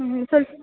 ம் சொல்